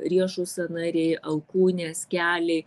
riešo sąnariai alkūnės keliai